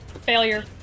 failure